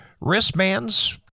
Wristbands